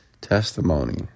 testimony